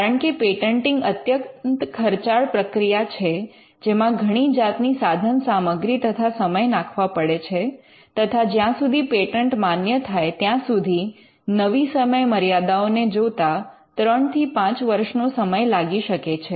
કારણકે પેટન્ટિંગ અત્યંત ખર્ચાળ પ્રક્રિયા છે જેમાં ઘણી જાતની સાધનસામગ્રી તથા સમય નાખવા પડે છે તથા જ્યાં સુધી પેટન્ટ માન્ય થાય ત્યાં સુધી નવી સમય મર્યાદાઓ ને જોતા ત્રણથી પાંચ વર્ષનો સમય લાગી શકે છે